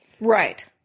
Right